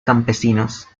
campesinos